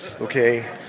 okay